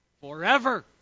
forever